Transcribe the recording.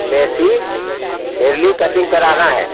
देसी हेर्ली कटिंग कराना है